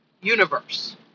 universe